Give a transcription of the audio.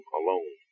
alone